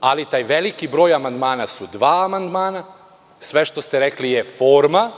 Ali, taj veliki broj amandmana su dva amandmana. Sve što ste rekli je forma.